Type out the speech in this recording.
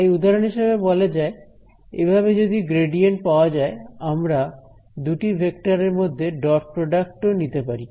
তাই উদাহরণ হিসাবে বলা যায় এভাবে যদি গ্রেডিয়েন্ট পাওয়া যায় আমরা দুটি ভেক্টরের মধ্যে ডট প্রডাক্ট ও নিতে পারি